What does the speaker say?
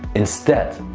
instead,